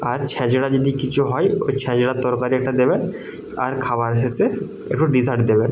আর ছ্যাচরা যদি কিছু হয় ওই ছ্যাচরার তরকারি একটা দেবেন আর খাবার শেষে একটু ডেসার্ট দেবেন